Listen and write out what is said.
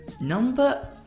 number